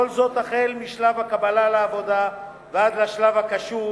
כל זאת משלב הקבלה לעבודה ועד לשלב הקשור